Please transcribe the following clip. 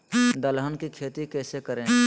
दलहन की खेती कैसे करें?